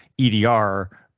EDR